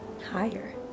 higher